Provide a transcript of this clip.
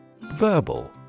Verbal